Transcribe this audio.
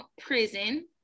prison